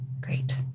Great